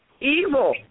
evil